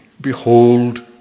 Behold